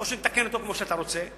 או שנתקן כמו שאתה רוצה,